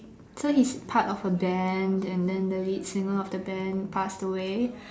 so he's part of a band and then the lead singer of the band passed away